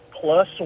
Plus